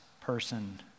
person